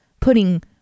putting